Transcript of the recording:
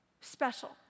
special